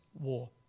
War